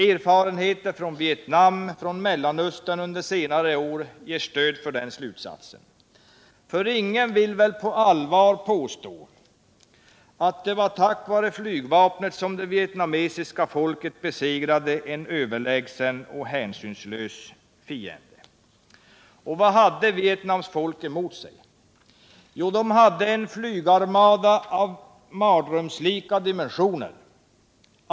Erfarenheter från Vietnam och Mellanöstern under senare år ger stöd åt den slutsatsen. Ingen vill väl på allvar påstå att det var tack vare flygvapnet som det vietnamesiska folket besegrade en överlägsen och hänsynslös fiende. Och vad hade Vietnams folk emot sig? Jo, en flygarmada av mardrömslika dimensioner.